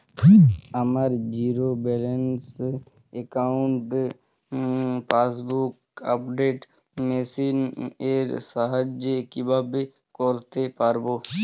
আমার zero balance অ্যাকাউন্টে passbook update machine এর সাহায্যে কীভাবে করতে পারব?